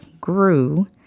grew